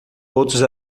outros